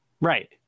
Right